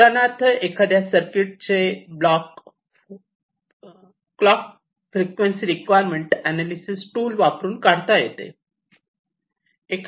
उदाहरणार्थ एखाद्या सर्किटचे clock fancy frequency requirement analysis tool वापरून काढता येऊ शकते